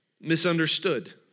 misunderstood